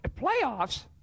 playoffs